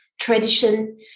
Tradition